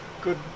good